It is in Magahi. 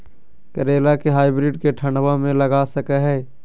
करेला के हाइब्रिड के ठंडवा मे लगा सकय हैय?